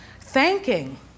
thanking